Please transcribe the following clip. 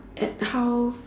at how